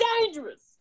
dangerous